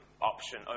option